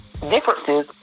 differences